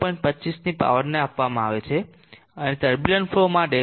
25 ની પાવરને આપવામાં આવે છે અને ટર્બુલંટ ફલો માટે 0